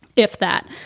if that.